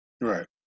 Right